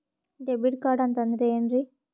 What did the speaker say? Debit card ಅಂತಂದ್ರೆ ಏನ್ರೀ?